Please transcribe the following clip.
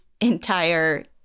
entire